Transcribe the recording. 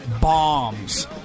bombs